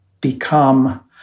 become